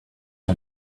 ans